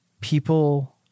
people